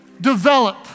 Develop